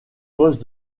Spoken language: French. poste